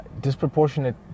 disproportionate